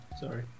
Sorry